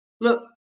Look